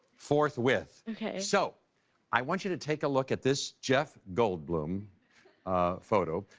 forth with. okay, so i want you to take a look at this jeff goldblum photo.